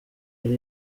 yari